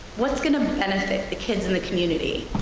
what's gonna benefit the kids in the community?